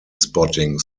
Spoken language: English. spotting